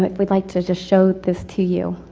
but we'd like to just show this to you.